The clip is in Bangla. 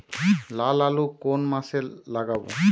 লাল আলু কোন মাসে লাগাব?